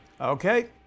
okay